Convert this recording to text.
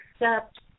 accept